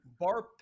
Bar